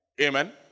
Amen